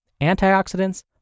antioxidants